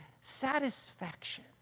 satisfaction